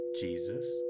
Jesus